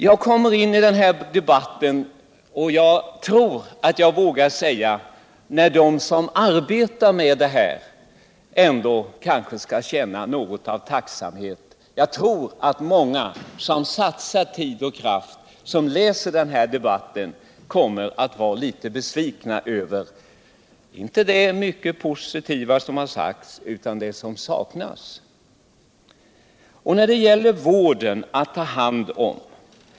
Jag kommer in i den här debatten när — jag tror jag vågar säga det — de som arbetar med det här problemet ändå kanske kan känna något av tacksamhet. Men jag tror ändå att många som har satsat tid och krafter på detta arbete och som sedan läser vad som nu har sagts i debatten kommer att bli besvikna — inte över allt det positiva som har yttrats i den, utan över det som saknas.